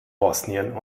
bosnien